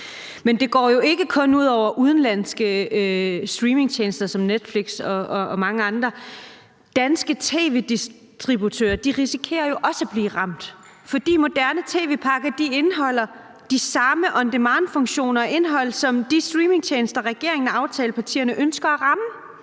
Men det går ikke kun ud over udenlandske streamingtjenester som Netflix og mange andre. Danske tv-distributører risikerer jo også at blive ramt, fordi moderne tv-pakker indeholder de samme on demand-funktioner og -indhold som de streamingtjenester, regeringen og aftalepartierne ønsker at ramme.